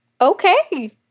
Okay